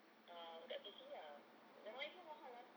um dekat C_C ah yang lain semua mahal ah